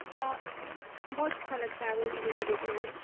اچھا بہت اچھا لگتا ہے وہ مووی دیکھنے میں